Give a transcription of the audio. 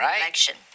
election